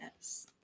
Yes